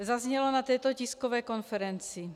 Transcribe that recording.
Zaznělo na této tiskové konferenci: